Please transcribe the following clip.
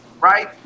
right